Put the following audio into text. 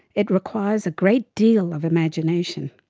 it, requires a great deal of imagination.